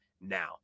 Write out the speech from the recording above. now